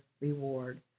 reward